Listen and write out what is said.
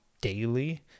daily